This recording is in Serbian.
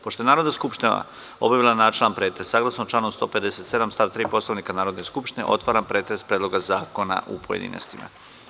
Pošto je Narodna skupština obavila načelni pretres, saglasno članu 157. stav 3. Poslovnika Narodne skupštine, otvaram pretres Predloga zakona u pojedinostima.